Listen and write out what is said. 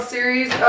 Series